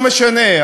לא, זה לא משנה.